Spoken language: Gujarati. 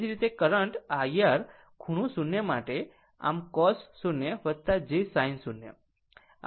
એ જ રીતે કરંટ IR ખૂણો 0 માટે આમ cos 0 j sin 0 o